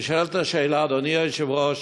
נשאלת השאלה, אדוני היושב-ראש: